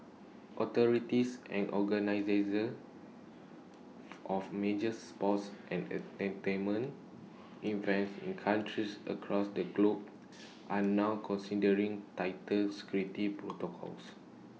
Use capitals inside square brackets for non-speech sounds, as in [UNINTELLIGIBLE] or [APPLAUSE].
authorities and [UNINTELLIGIBLE] [NOISE] of major sports and entertainment events in countries across the globe are now considering tighter security protocols